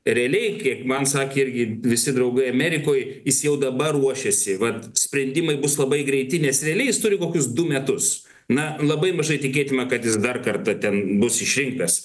realiai kiek man sakė irgi visi draugai amerikoj jis jau dabar ruošėsi vat sprendimai bus labai greiti nes realiai jis turi kokius du metus na labai mažai tikėtina kad jis dar kartą ten bus išrinktas